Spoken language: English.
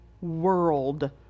world